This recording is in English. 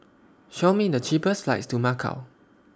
Show Me The cheapest flights to Macau